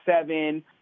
seven